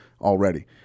already